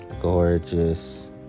gorgeous